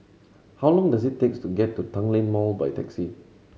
how long does it takes to get to Tanglin Mall by taxi